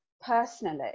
personally